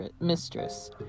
mistress